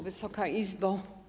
Wysoka Izbo!